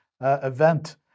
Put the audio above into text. event